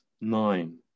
nine